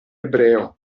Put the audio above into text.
ebreo